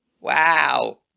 Wow